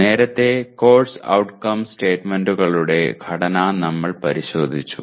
നേരത്തെ course outcomes സ്റ്റേറ്റ്മെന്റുകളുടെ ഘടന നമ്മൾ പരിശോധിച്ചു